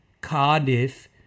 Cardiff